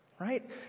Right